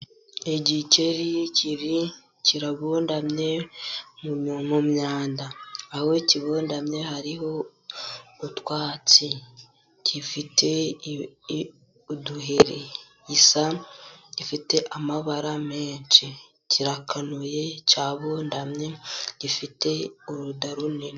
Igikeri kiri kirabundamye mu myanda, aho kibundamye hariho utwatsi, gifite uduheri ,gisa gifite amabara menshi, kirakanuye, cyabundamye gifite uruda runini.